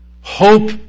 Hope